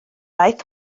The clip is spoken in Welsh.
aeth